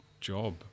job